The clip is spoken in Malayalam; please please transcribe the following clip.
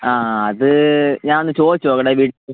ആ അത് ഞാൻ ഒന്ന് ചോദിച്ച് നോക്കട്ടെ വീട്ടിൽ